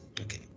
Okay